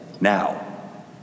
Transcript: Now